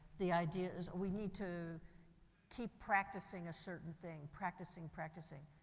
the idea is we need to keep practicing a certain thing, practicing, practicing,